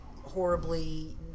horribly